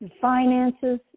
finances